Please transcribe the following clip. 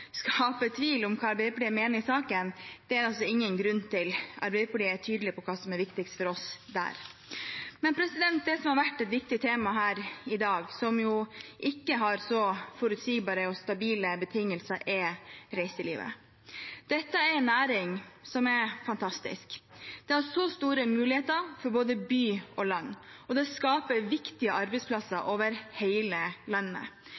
skape tvil om hva Arbeiderpartiet mener i saken. Det er det altså ingen grunn til – Arbeiderpartiet er tydelig på hva som er viktigst for oss der. Men det som har vært et viktig tema her i dag, og som jo ikke har så forutsigbare og stabile betingelser, er reiselivet. Dette er en næring som er fantastisk. Den gir så store muligheter for både by og land, og den skaper viktige arbeidsplasser over hele landet.